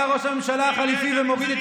בדיוני התקציב מגיע ראש הממשלה החליפי ומוריד את